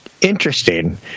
Interesting